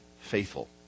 faithful